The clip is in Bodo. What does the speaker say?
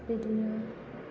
बेबायदिनो